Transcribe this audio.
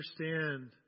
Understand